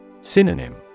Synonym